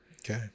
Okay